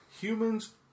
humans